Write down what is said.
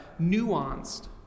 nuanced